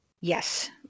Yes